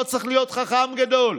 לא צריך להיות חכם גדול.